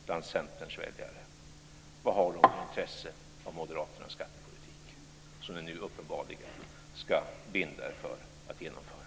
Vilket intresse har de av Moderaternas skattepolitik som ni nu uppenbarligen vill binda er för att genomföra?